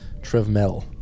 Trevmel